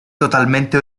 totalmente